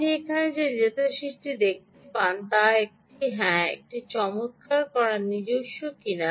আপনি এখানে যে ডেটা শীটটি পান তা নিজস্ব কিনা